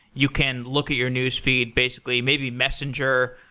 you can look at your newsfeed, basically, maybe messenger.